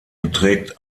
beträgt